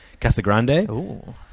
Casagrande